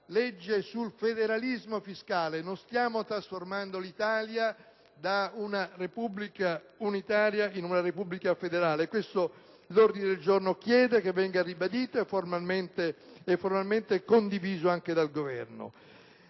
legge sul federalismo fiscale, non stiamo trasformando l'Italia da una Repubblica unitaria in una Repubblica federale e questo l'ordine del giorno chiede che venga ribadito e formalmente condiviso anche dal Governo.